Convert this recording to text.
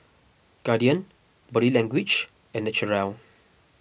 Guardian Body Language and Naturel